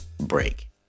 break